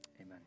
amen